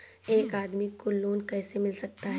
एक आदमी को लोन कैसे मिल सकता है?